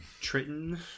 Triton